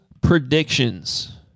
predictions